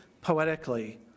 poetically